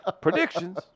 Predictions